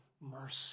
mercy